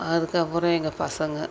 அதுக்கப்புறம் எங்கள் பசங்க